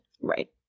right